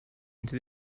into